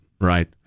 right